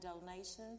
donations